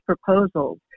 proposals